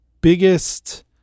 biggest